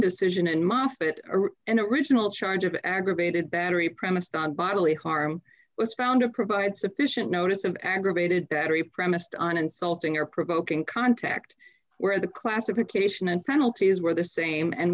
decision in moffitt and original charge of aggravated battery premised on bodily harm was found to provide sufficient notice of aggravated battery premised on insulting or provoking contact where the classification and penalties were the same and